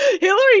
Hillary